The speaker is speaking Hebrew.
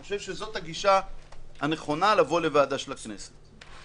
אני חושב שזו הגישה הנכונה לבוא לוועדה בכנסת.